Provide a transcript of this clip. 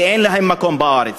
שאין להם מקום בארץ,